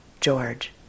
George